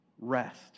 Rest